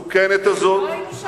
והמסוכנת הזאת, אנחנו לא היינו שם?